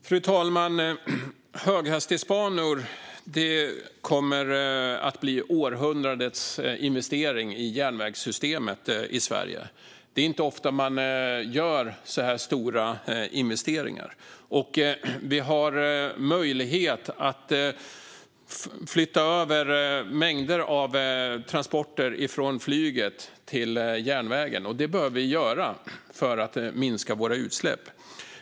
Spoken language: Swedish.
Fru talman! Höghastighetsbanor kommer att bli århundradets investering i järnvägssystemet i Sverige. Det är inte ofta det görs så stora investeringar. När vi bygger nya banor får vi möjlighet att flytta över mängder av transporter från flyget till järnvägen. Det bör vi göra för att minska våra utsläpp.